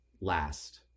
last